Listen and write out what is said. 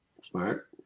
smart